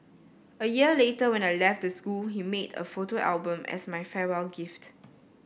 a year later when I left the school he made a photo album as my farewell gift